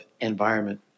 environment